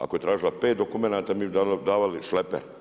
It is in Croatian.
Ako je tražila 5 dokumenata, mi bi davali šleper.